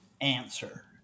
answer